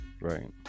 right